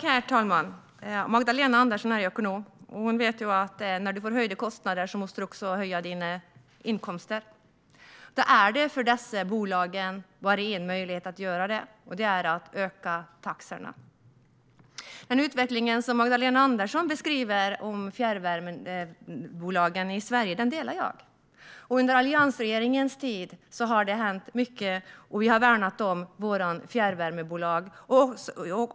Herr talman! Magdalena Andersson är ekonom. Hon vet att när man får ökade kostnader måste man också öka sina inkomster. För dessa bolag finns det bara en möjlighet att göra det. Och det är att höja taxorna. Jag håller med om Magdalena Anderssons beskrivning av fjärrvärmebolagens utveckling i Sverige. Under alliansregeringens tid hände det mycket. Vi värnade om våra fjärrvärmebolag.